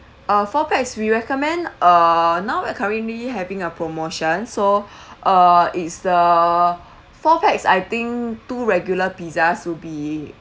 uh four pax we recommend uh now we're currently having a promotion so uh it's the four pax I think two regular pizzas would be